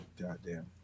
Goddamn